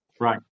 right